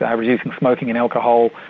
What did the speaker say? and reducing smoking and alcohol,